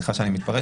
סליחה שאני מתפרץ,